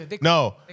no